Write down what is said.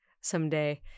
someday